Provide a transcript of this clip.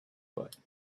foot